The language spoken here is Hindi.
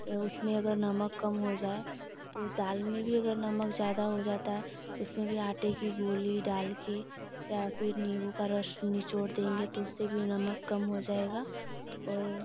या उसमें अगर नमक कम हो जाए तो दाल में भी अगर नमक ज़्यादा हो जाताा है उसमें भी आंटे कि गोली डाल कर या फिर नीम्बू का रस निचोड़ देंगें तो उससे भी नमक कम हो जाएगा और